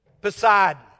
Poseidon